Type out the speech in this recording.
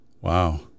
Wow